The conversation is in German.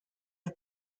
der